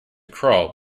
crawl